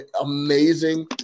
amazing